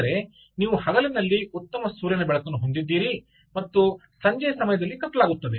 ಅಂದರೆ ನೀವು ಹಗಲಿನಲ್ಲಿ ಉತ್ತಮ ಸೂರ್ಯನ ಬೆಳಕನ್ನು ಹೊಂದಿದ್ದೀರಿ ಮತ್ತು ಸಂಜೆಯ ಸಮಯದಲ್ಲಿ ಕತ್ತಲೆಯಾಗುತ್ತದೆ